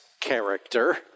character